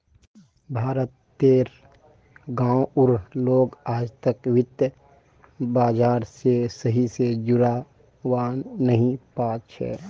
भारत तेर गांव उर लोग आजतक वित्त बाजार से सही से जुड़ा वा नहीं पा छे